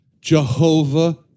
Jehovah